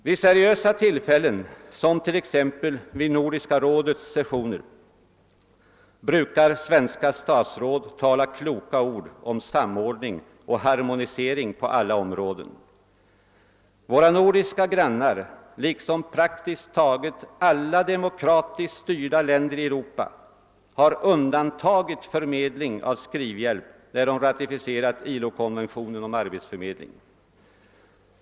Vid seriösa tillfällen som t.ex. Nordiska rådets sessioner brukar svenska statsråd tala kloka ord om samordning och harmonisering på alla områden. Våra nordiska grannar liksom praktiskt taget alla demokratiskt styrda länder i Europa har undantagit förmedling av skrivhjälp när de ratificerat ILO-konveationen om arbetsförmedling.